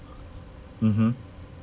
mmhmm